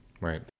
Right